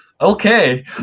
Okay